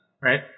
right